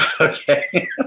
okay